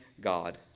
God